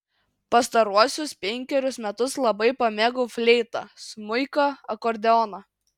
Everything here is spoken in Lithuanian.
pastaruosius penkerius metus labai pamėgau fleitą smuiką akordeoną